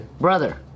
brother